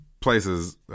places